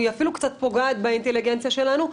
היא אפילו קצת פוגעת באינטליגנציה שלנו.